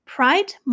Pride